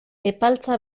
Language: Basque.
epaltza